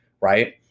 right